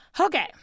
Okay